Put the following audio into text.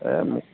এই মোক